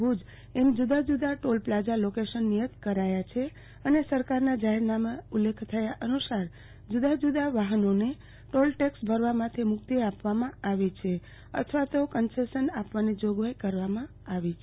ભુજ એમ જુદાં જુદાં ટોલ પ્લાઝા લોકેશન નિયત કરાયાં છે અને સરકારના જાહેરનામા ઉલ્લેખ થયા અનુ સાર જુદાંજુદાં વાહનોને ટોલટેક્ષ ભરવામાંથી મુકિત આપવામાં આવી છે અથ્યા કન્સેશન આપવાની જોગવાઇ કરવામાં આવી છે